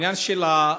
בעניין של הפשע